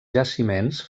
jaciments